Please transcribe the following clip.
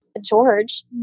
George